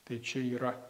tai čia yra